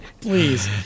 Please